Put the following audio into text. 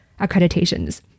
accreditations